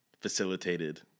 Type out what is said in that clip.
facilitated